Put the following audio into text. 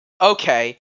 Okay